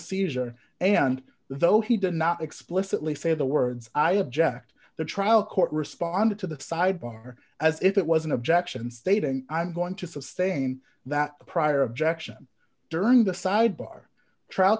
seizure and though he did not explicitly say the words i object the trial court responded to the sidebar as if it was an objection stating i'm going to sustain that prior objection during the sidebar tr